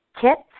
kits